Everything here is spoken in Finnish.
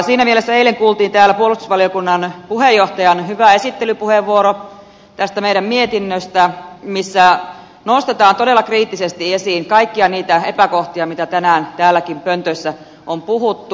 siinä mielessä eilen kuultiin täällä puolustusvaliokunnan puheenjohtajan hyvä esittelypuheenvuoro tästä meidän mietinnöstämme missä nostetaan todella kriittisesti esiin kaikkia niitä epäkohtia mitä tänään täälläkin pöntössä on puhuttu